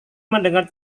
mendengar